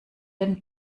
den